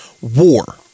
war